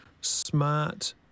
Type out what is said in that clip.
smart